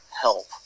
help